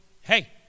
hey